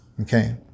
Okay